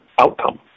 outcome